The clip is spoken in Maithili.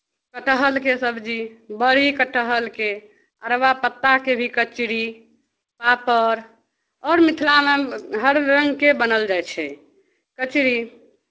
कटहरके सब्जी बरी कटहरके अरबा पत्ताके भी कचड़ी पापड़ आओर मिथिलामे हर रङ्गके बनल जाइ छै कचड़ी